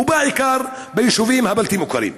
ובעיקר ביישובים הבלתי-מוכרים.